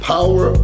Power